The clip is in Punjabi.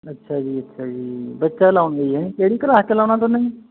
ਅੱਛਾ ਜੀ ਅੱਛਾ ਜੀ ਬੱਚਾ ਲਾਉਂਦੇ ਜੀ ਹੈਂ ਕਿਹੜੀ ਕਲਾਸ 'ਚ ਲਾਉਣਾ ਤੁਨਾਂ ਜੀ